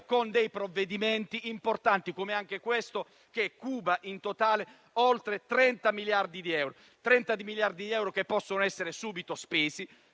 con provvedimenti importanti, come quello in discussione, che cuba in totale oltre 30 miliardi di euro, che possono essere subito spesi